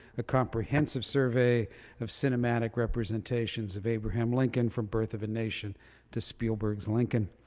a comprehensive survey of cinematic representations of abraham lincoln from birth of a nation to spielberg's lincoln.